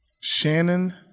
Shannon